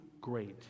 great